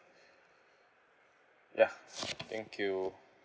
ya thank you